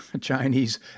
Chinese